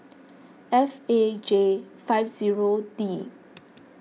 F A J five zero D